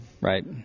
Right